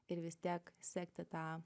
ir vis tiek sekti tą